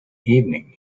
evening